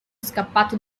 scappato